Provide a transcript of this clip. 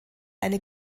eine